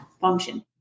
function